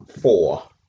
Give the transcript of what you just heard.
four